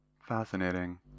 Fascinating